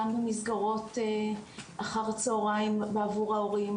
גם במסגרות אחר צהריים בעבור ההורים,